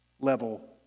level